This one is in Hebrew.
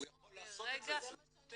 הוא יכול לעשות את זה אצלנו.